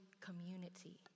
community